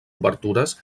obertures